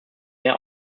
mehr